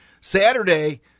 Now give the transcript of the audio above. Saturday